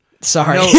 Sorry